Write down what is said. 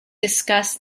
discuss